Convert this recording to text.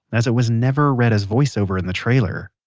as it was never read as voiceover in the trailer.